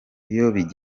gutyo